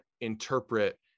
interpret